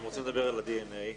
אדוני,